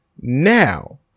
Now